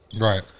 Right